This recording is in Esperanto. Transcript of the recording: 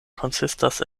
konsistas